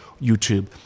YouTube